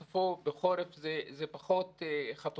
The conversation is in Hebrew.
בסופו, בחורף זה פחות חתונות.